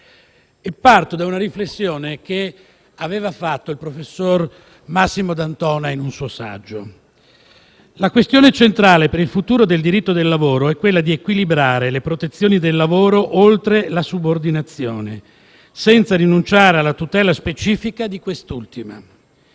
Parto da una riflessione fatta dal professor Massimo D'Antona in un suo saggio, secondo il quale la questione centrale per il futuro del diritto del lavoro è quella di equilibrare le protezioni del lavoro oltre la subordinazione, senza rinunciare alla tutela specifica di quest'ultima.